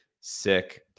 sick